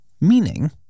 Meaning